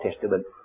Testament